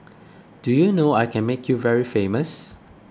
do you know I can make you very famous